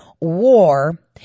war